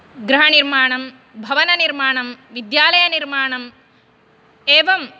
गृहनिर्माणं भवननिर्माणं विद्यालयनिर्माणम् एवं